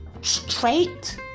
straight